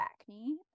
acne